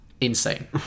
insane